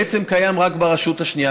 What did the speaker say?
בעצם קיים רק ברשות השנייה,